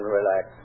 relax